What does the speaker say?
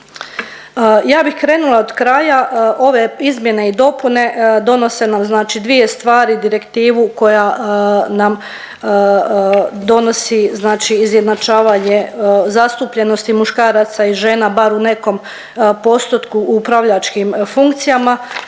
Ja bih krenula od kraja, ove izmjene i dopune donose nam znači dvije stvari, direktivu koja nam donosi znači izjednačavanje zastupljenosti muškaraca i žena bar u nekom postotku u upravljačkim funkcijama,